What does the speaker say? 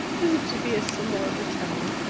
is it to be a symbol of the town?